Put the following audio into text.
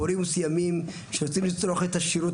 הורים מסוימים שרוצים לצרוך את השירות